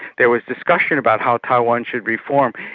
there was discussion about how taiwan should reform,